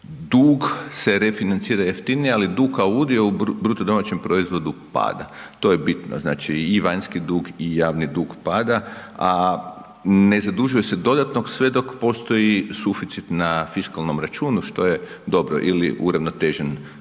dug se refinancira jeftinije, ali dug kao udio u BDP-u pada, to je bitno, znači i vanjski dug i javni dug pada, a ne zadužuje se dodatno sve dok postoji suficit na fiskalnom računu što je dobro ili uravnotežen